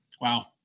Wow